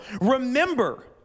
Remember